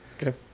Okay